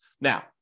Now